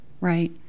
right